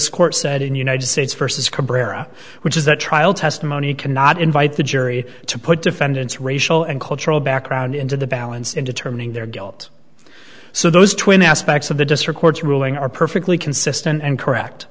said in united states versus cabrera which is the trial testimony cannot invite the jury to put defendants racial and cultural background into the balance in determining their guilt so those twin aspects of the district court's ruling are perfectly consistent and correct